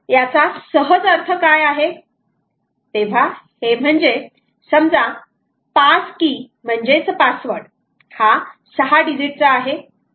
तेव्हा हे म्हणजे समजा पास की म्हणजेच पासवर्ड हा 6 डिजिट चा आहे